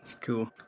Cool